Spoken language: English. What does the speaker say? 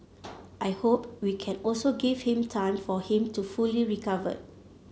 I hope we can also give him time for him to fully recover